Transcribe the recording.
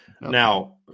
Now